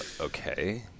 okay